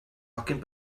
hogyn